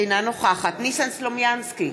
אינה נוכחת ניסן סלומינסקי,